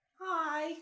Hi